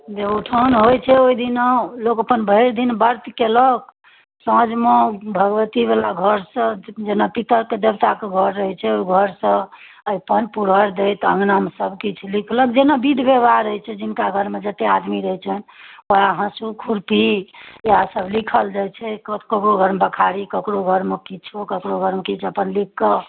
देव उठान होइत छै ओहि दिना लोक अपन भरि दिन व्रत कयलक साँझमे भगवती बला घरसँ जेना पितर कऽ देवता कऽ घर रहैत छै ओहि घरसँ अरिपन पूरहरि दैत अँगनामे सब किछु लिखलक जेना विध व्यवहार होइत छै जिनका घरमे जतेक आदमी रहैत छै हाँसू खुरपी इएह सब लिखल रहैत छै केकरो घरमे बखारी केकरो घरमे किछु केकरो घरमे किछु अपन लिख कऽ